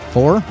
Four